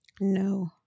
no